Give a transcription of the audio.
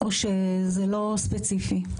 או שזה לא ספציפי?